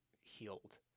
healed